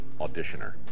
auditioner